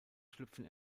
schlüpfen